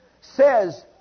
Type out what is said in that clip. says